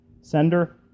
Sender